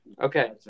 Okay